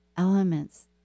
elements